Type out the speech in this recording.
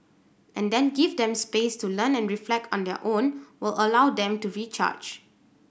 and then give them space to learn and reflect on their own will allow them to recharge